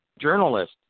journalist